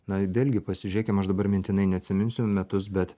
na vėlgi pasižiūrėkim aš dabar mintinai neatsiminsiu metus bet